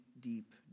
deep